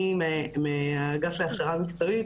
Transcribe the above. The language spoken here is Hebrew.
אני מהאגף להכשרה מקצועית,